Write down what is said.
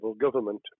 government